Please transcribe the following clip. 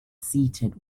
seated